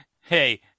Hey